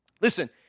Listen